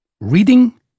reading